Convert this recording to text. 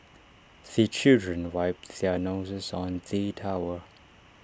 the children wipe their noses on the towel